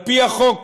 ועל-פי החוק,